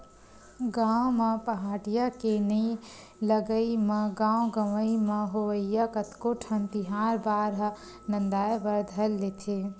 गाँव म पहाटिया के नइ लगई म गाँव गंवई म होवइया कतको ठन तिहार बार ह नंदाय बर धर लेथे